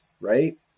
right